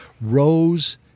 Rose